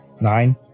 Nine